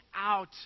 out